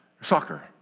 soccer